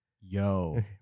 Yo